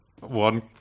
one